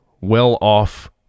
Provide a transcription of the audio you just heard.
well-off